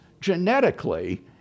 genetically